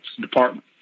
Department